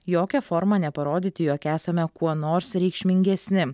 jokia forma neparodyti jog esame kuo nors reikšmingesni